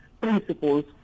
principles